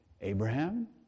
Abraham